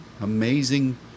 amazing